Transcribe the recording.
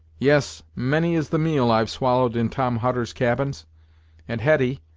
yes, many is the meal i've swallowed in tom hutter's cabins and hetty,